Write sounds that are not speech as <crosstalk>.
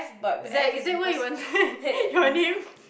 that is it why you want to <laughs> your name